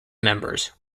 members